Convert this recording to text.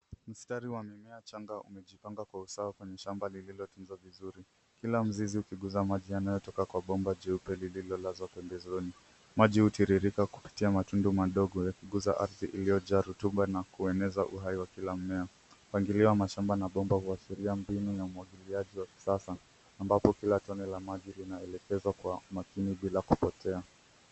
Mstari wa mimea changa umejipanga kwa usawa kwenye shamba lililo tunzwa vizuri kila mzizi ukiguza maji yanayo toka kwa bomba jeupe lililo lazwa pembezoni. Maji hutiririka kupitia matundu madogo yakiguza ardhi iliyojaa rutuba na kueneza uhai wa kila mmea. Mpangilio wa mashamba na bomba huashiria mbinu ya umwagiliaji wa kisasa, ambalo kila tone la maji linaelekezwa kwa mashimo bila kupotea.